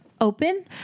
open